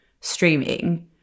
streaming